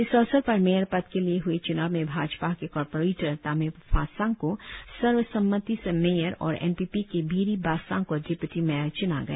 इस अवसर पर मेयर पद के लिए हए च्नाव में भाजपा के कारपोरेटर तामे फासांग को सर्वसम्मति से मेयर और एनपीपी के बिरि बासांग को डिप्यूटी मेयर च्ना गया